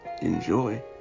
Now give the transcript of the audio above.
Enjoy